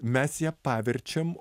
mes ją paverčiam